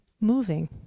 moving